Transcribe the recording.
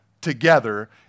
together